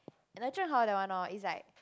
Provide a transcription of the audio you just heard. and is like